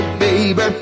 baby